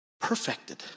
perfected